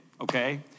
okay